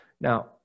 Now